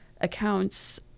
accounts